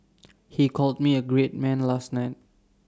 he called me A great man last night